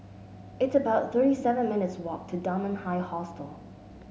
it's about thirty seven minutes' walk to Dunman High Hostel